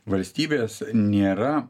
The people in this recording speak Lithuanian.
valstybės nėra